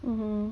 mmhmm